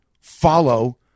follow